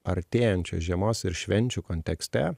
artėjančios žiemos ir švenčių kontekste